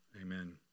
Amen